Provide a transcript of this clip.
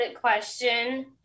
question